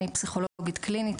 אני פסיכולוגית קלינית,